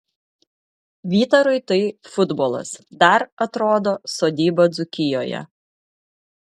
vytarui tai futbolas dar atrodo sodyba dzūkijoje